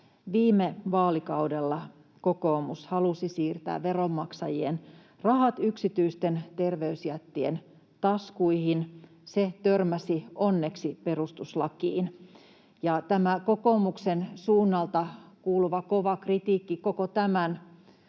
Viime vaalikaudella kokoomus halusi siirtää veronmaksajien rahat yksityisten terveysjättien taskuihin. Se törmäsi onneksi perustuslakiin. Tämä kokoomuksen suunnalta kuuluva kova kritiikki koko tämän